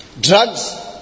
drugs